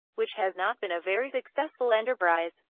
which has not been a very successful enterprise.